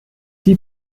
die